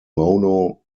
mono